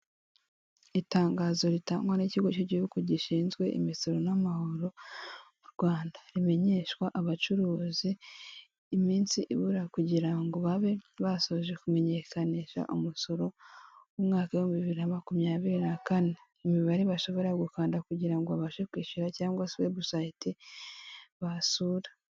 Itangazo ritangwa n'ikigo cy'igihugu gishinzwe imisoro n'amahoro mu Rwanda, rimenyeshwa abacuruzi iminsi ibura kugira ngo babe basoje kumenyekanisha umusoro w'umwaka w'ibihumbi bibiri na makumyabiri na kane, imibare bashobora gukanda kugira ngo abashe kwishyura cyangwa se webusayiti basura.